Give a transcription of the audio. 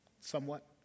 Somewhat